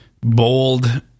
bold